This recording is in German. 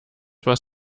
was